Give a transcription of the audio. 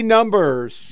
Numbers